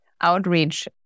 outreach